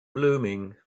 blooming